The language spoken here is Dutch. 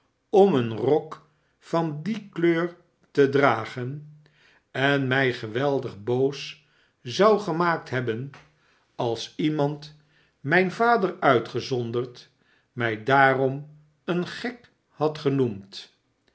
om een rok van die kleur te dragen en mij geweldig boos zou gemaakt hebben als iemand mijn vader uitgezonderd mij daarom een gek had genoemd